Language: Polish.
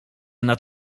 nad